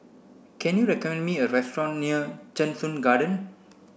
can you recommend me a restaurant near Cheng Soon Garden